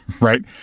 right